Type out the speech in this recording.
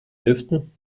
lüften